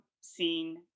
seen